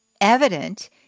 evident